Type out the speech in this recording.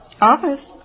Office